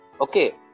Okay